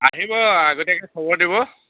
আহিব আগতীয়াকে খবৰ দিব